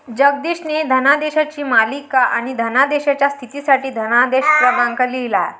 जगदीशने धनादेशांची मालिका आणि धनादेशाच्या स्थितीसाठी धनादेश क्रमांक लिहिला